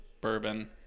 bourbon